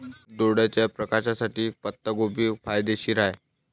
डोळ्याच्या प्रकाशासाठी पत्ताकोबी फायदेशीर आहे